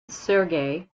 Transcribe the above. sergei